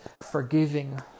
forgiving